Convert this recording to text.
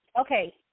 Okay